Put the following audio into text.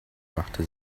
machte